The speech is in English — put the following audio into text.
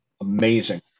amazing